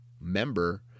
member